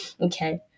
Okay